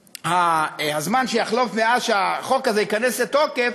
בזמן שיחלוף עד שהחוק הזה ייכנס לתוקף,